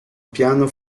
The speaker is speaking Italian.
piano